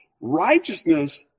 Righteousness